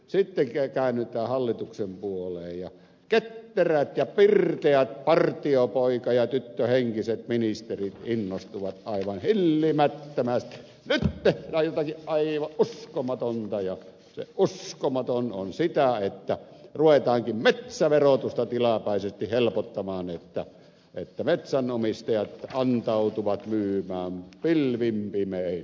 sitten käännytään hallituksen puoleen ja ketterät ja pirteät partiopoika ja tyttö henkiset ministerit innostuvat aivan hillimättömästi että nyt tehdään jotakin aivan uskomatonta ja se uskomaton on sitä että ruvetaankin metsäverotusta tilapäisesti helpottamaan että metsänomistajat antautuvat myymään pilvin pimein puuta